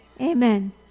Amen